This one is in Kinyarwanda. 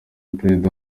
perezida